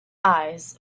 eyes